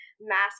mask